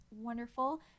wonderful